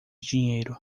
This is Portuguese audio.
dinheiro